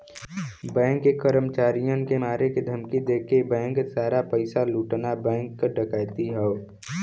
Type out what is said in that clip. bank के कर्मचारियन के मारे क धमकी देके बैंक सारा पइसा लूटना बैंक डकैती हौ